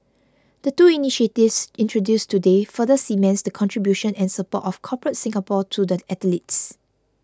the two initiatives introduced today further cements the contribution and support of Corporate Singapore to the athletes